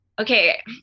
Okay